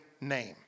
name